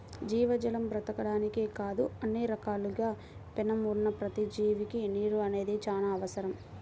జీవజాలం బతకడానికే కాదు అన్ని రకాలుగా పేణం ఉన్న ప్రతి జీవికి నీరు అనేది చానా అవసరం